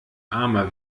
armer